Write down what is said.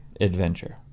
Adventure